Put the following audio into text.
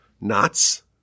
knots